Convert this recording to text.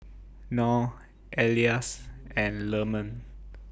Nor Elyas and Leman